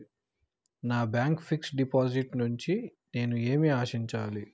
నా bank fixed deposit నుండి నేను ఏమి ఆశించాలి?